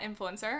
influencer